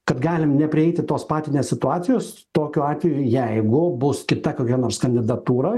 kad galim neprieiti tos patinės situacijos tokiu atveju jeigu bus kita kokia nors kandidatūra